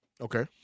Okay